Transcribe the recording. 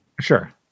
sure